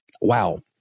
wow